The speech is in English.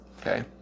okay